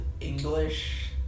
English